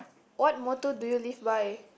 what motto do you live by